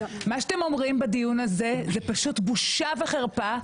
מה שאתם אומרים בדיון הזה זה פשוט בושה וחרפה.